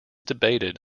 debated